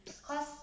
psst